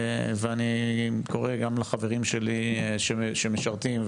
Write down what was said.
ואני קורא גם לחברים שלי שמשרתים,